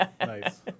Nice